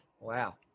Wow